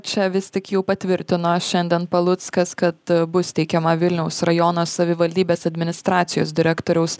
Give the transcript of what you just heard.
čia vis tik jau patvirtino šiandien paluckas kad bus teikiama vilniaus rajono savivaldybės administracijos direktoriaus